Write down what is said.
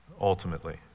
ultimately